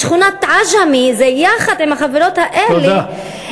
בשכונת עג'מי, יחד עם החברות האלה, תודה.